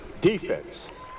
defense